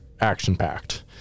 action-packed